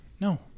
No